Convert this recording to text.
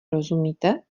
rozumíte